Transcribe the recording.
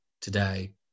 today